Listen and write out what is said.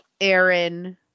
Aaron –